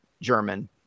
German